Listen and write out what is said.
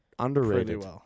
Underrated